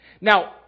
Now